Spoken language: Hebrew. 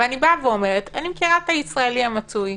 אבל אני מכירה את הישראלי המצוי,